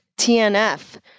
TNF